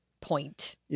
point